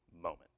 moment